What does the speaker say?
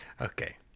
Okay